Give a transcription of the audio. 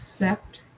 accept